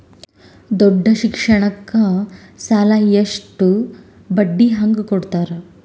ದೊಡ್ಡ ಶಿಕ್ಷಣಕ್ಕ ಸಾಲ ಎಷ್ಟ ಬಡ್ಡಿ ಹಂಗ ಕೊಡ್ತಾರ?